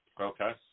okay